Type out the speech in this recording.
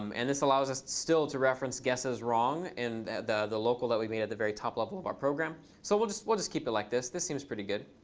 um and this allows us still to reference guesseswrong in the the local that we made at the very top level of our program. so we'll just we'll just keep it like this. this seems pretty good.